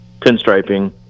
pinstriping